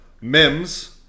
Mims